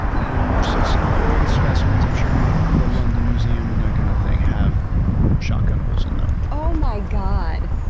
and so some of the oldest specimens i'm sure, in like the london museum and that kind of thing, have shotgun holes in them. oh my god!